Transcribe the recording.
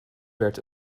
werd